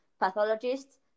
pathologists